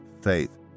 faith